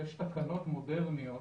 יש תקנות מודרניות